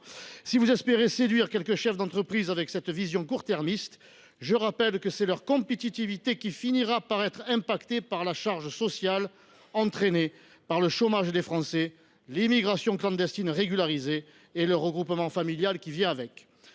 Vous espérez séduire quelques chefs d’entreprise avec cette vision court termiste, mais c’est leur compétitivité qui finira par être affectée par la charge sociale engendrée par le chômage des Français, l’immigration clandestine régularisée et le regroupement familial qui en